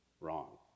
wrong